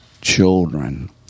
children